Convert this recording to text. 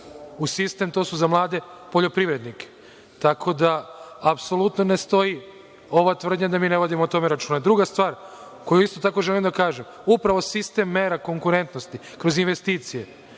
u sistem, to je za mlade poljoprivrednike, tako da apsolutno ne stoji ova tvrdnja da mi ne vodimo o tome računa. Druga stvar koju isto tako želim da kažem, upravo sistem mera konkurentnosti kroz investicije